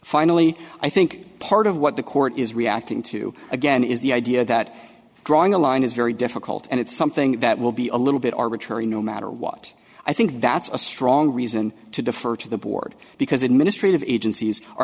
finally i think part of what the court is reacting to again is the idea that drawing a line is very difficult and it's something that will be a little bit arbitrary no matter what i think that's a strong reason to defer to the board because administrative agencies are